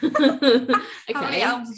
Okay